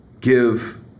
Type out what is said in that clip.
give